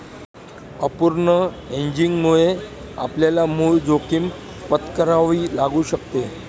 अपूर्ण हेजिंगमुळे आपल्याला मूळ जोखीम पत्करावी लागू शकते